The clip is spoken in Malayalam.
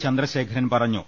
ചന്ദ്രശേഖരൻ പറഞ്ഞു